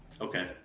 Okay